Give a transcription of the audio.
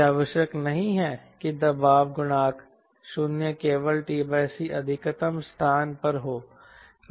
यह आवश्यक नहीं है कि दबाव गुणांक 0 केवल t c अधिकतम स्थान पर हो